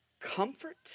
comfort